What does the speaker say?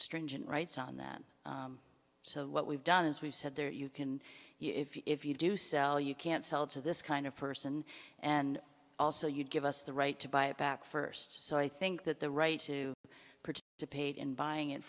stringent rights on that so what we've done is we've said there you can if you do sell you can't sell to this kind of person and also you give us the right to buy it back first so i think that the right to pursue to paid in buying it